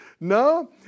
No